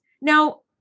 Now